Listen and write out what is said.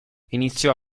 iniziò